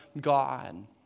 God